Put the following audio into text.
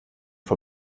vor